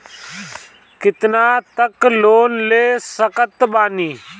कितना तक लोन ले सकत बानी?